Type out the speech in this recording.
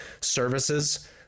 services